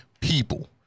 people